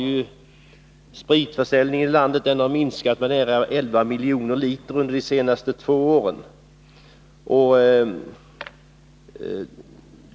Ja, spritförsäljningen i landet har minskat med nästan 11 miljoner liter under de två senaste åren.